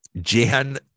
Jan